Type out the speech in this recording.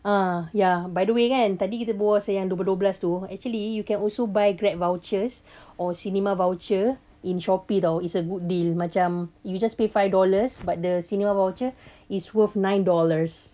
uh ya by the way kan tadi kita berbual pasal dua belas dua belas uh actually you can also buy grab vouchers or cinema voucher in shopee [tau] it's a good deal macam you just pay five dollars but the cinema voucher is worth nine dollars